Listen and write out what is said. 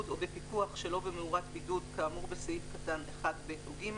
או בפיקוח שלא במאורת בידוד כאמור בסעיף קטן (1)(ב) או (ג),